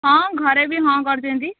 ହଁ ଘରେ ବି ହଁ କରିଛନ୍ତି